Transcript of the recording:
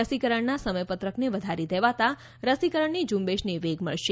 રસીકરણના સમયપત્રકને વધારી દેવાતાં રસીકરણની ઝુંબેશને વેગ મળશે